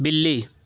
بلی